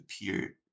appear